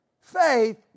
faith